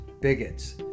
bigots